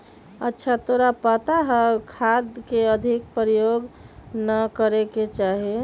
अच्छा तोरा पता हाउ खाद के अधिक प्रयोग ना करे के चाहि?